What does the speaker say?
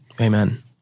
Amen